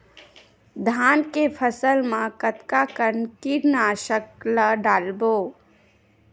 धान के फसल मा कतका कन कीटनाशक ला डलबो?